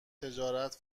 تجارت